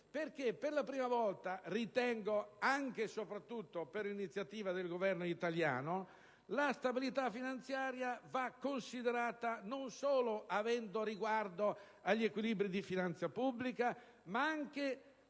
per la prima volta - ritengo anche e soprattutto per iniziativa del Governo italiano - la stabilità finanziaria va considerata non solo avendo riguardo agli equilibri di finanza pubblica, ma anche